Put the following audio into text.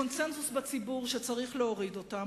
קונסנזוס בציבור שצריך להוריד אותם,